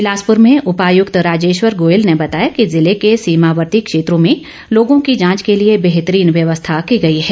बिलासपुर में उपायुक्त राजे वर गोयल ने बताया कि जिले के सीमावर्ती क्षेत्रों में लोगों की जांच के लिए बेहतरीन व्यवस्था की गई है